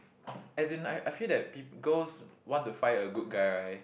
as in I I feel that peop~ girls want to find a good guy right